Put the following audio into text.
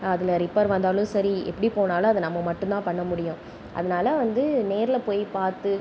அதில் ரிப்பர் வந்தாலும் சரி எப்படி போனாலும் அது நம்ம மட்டும் தான் பண்ண முடியும் அதனால வந்து நேரில் போய் பார்த்து